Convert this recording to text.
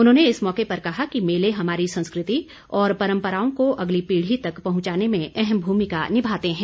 उन्होंने इस मौके पर कहा कि मेले हमारी संस्कृति और परंपराओं को अगली पीढ़ी तक पहुंचाने में अहम भूमिका निभाते हैं